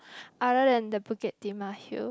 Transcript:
other than the Bukit-Timah hill